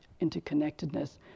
interconnectedness